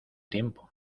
tiempo